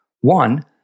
One